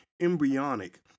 embryonic